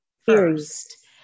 first